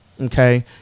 okay